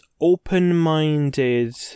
open-minded